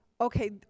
Okay